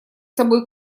собой